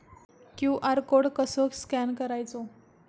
QR code कसो scan करायचो?